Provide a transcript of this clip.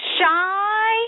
shy